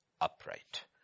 upright